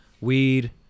weed